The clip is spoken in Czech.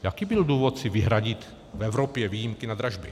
Jaký byl důvod si vyhradit v Evropě výjimky na dražby?